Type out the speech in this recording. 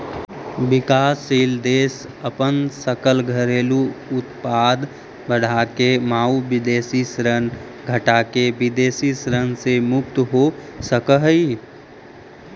विकासशील देश अपन सकल घरेलू उत्पाद बढ़ाके आउ विदेशी ऋण घटाके विदेशी ऋण से मुक्त हो सकऽ हइ